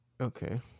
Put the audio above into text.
Okay